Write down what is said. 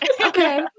Okay